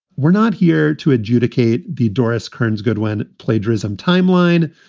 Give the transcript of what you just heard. we're not here to adjudicate the doris kearns goodwin plagiarism timeline.